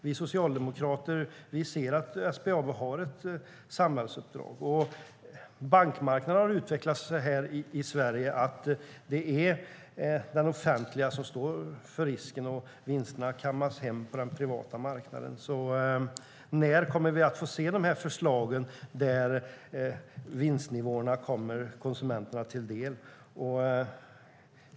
Vi socialdemokrater ser att SBAB har ett samhällsuppdrag. Bankmarknaden har utvecklats så här i Sverige: Det är det offentliga som står för risken, och vinsterna kammas hem på den privata marknaden. När kommer vi att få se förslagen om att vinstnivåerna ska komma konsumenterna till del?